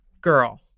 girl